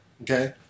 Okay